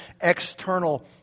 external